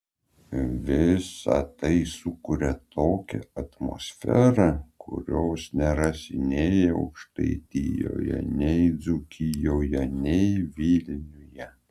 visa tai sukuria tokią atmosferą kurios nerasi nei aukštaitijoje nei dzūkijoje nei vilniuje